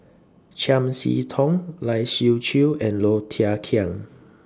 Chiam See Tong Lai Siu Chiu and Low Thia Khiang